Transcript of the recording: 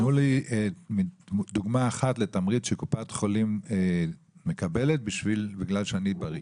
תנו לי דוגמה אחת לתמריץ שקופת החולים מקבלת בגלל שאני בריא.